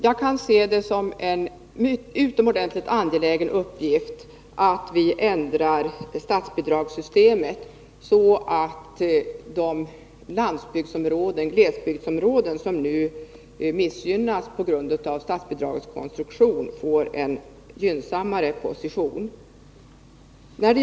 Jag kan se det såsom en utomordentligt angelägen uppgift att vi ändrar statsbidragssystemet så att de landsbygdsområden och glesbygdsområden som nu missgynnas på grund av statsbidragets konstruktion får en gynnsammare position.